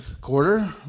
Quarter